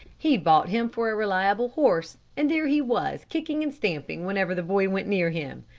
he'd bought him for a reliable horse, and there he was, kicking and stamping whenever the boy went near him.